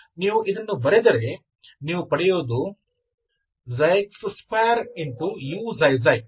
ನೀವು ಇದನ್ನು ಬರೆದರೆ ನೀವು ಪಡೆಯುವುದು x2uξξ ಜೊತೆಗೆ ಇದು ಒಂದು ಪದ ಇರುತ್ತದೆ